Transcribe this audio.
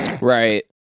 Right